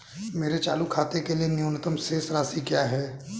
मेरे चालू खाते के लिए न्यूनतम शेष राशि क्या है?